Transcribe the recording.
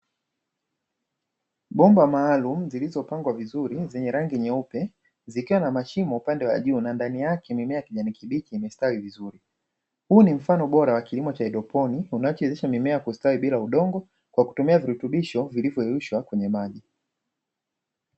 Bomba maalumu zilizopangwa vizuri, zenye rangi nyeupe, zikiwa na mashimo upande wa juu, na ndani yake mimea ya kijani kibichi imestawi vizuri. Huu ni mfano bora wa kilimo cha haidroponi unachoweza mimea kustawi bila udongo kwa kutumia virutubisho vilivyoyeyushwa kwenye maji.